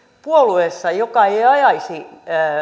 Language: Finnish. puolueessa joka ei ei ajaisi